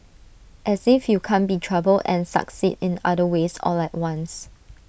as if you can't be 'troubled' and succeed in other ways all at once